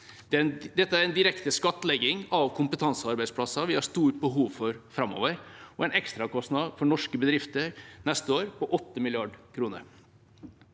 Dette er en direkte skattlegging av kompetansearbeidsplasser vi har stort behov for framover, og en ekstrakostnad for norske bedrifter neste år på 8 mrd. kr.